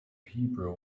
hebrew